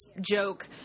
joke